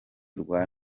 rwa